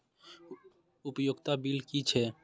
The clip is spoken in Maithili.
उपयोगिता बिल कि छै?